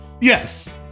Yes